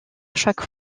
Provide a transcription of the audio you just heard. chaque